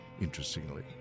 interestingly